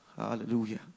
Hallelujah